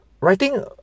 writing